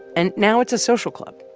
and now it's a social club,